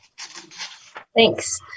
Thanks